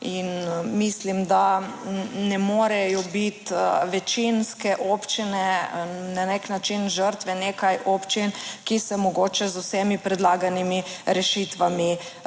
in mislim, da ne morejo biti večinske občine na nek način žrtve nekaj občin, ki se mogoče z vsemi predlaganimi rešitvami